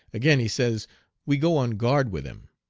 again, he says we go on guard with him.